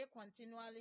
continually